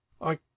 I